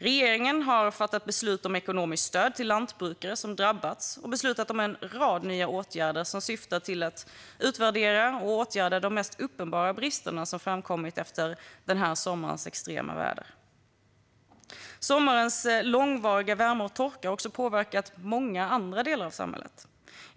Regeringen har fattat beslut om ekonomiskt stöd till lantbrukare som drabbats och beslutat om en rad nya åtgärder som syftar till att utvärdera och åtgärda de mest uppenbara brister som framkommit efter den här sommarens extrema väder. Sommarens långvariga värme och torka har också påverkat många andra delar av samhället.